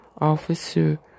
Officer